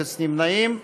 אפס נמנעים.